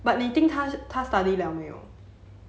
but you think 他 study 了没有